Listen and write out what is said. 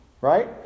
right